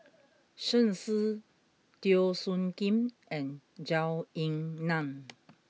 Shen Xi Teo Soon Kim and Zhou Ying Nan